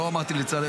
לא אמרתי לצד,